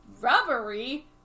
rubbery